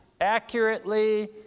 accurately